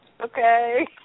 Okay